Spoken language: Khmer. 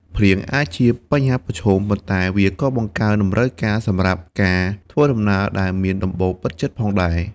ភ្លៀងអាចជាបញ្ហាប្រឈម ប៉ុន្តែវាក៏បង្កើនតម្រូវការសម្រាប់ការធ្វើដំណើរដែលមានដំបូលបិទជិតផងដែរ។